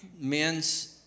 men's